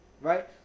right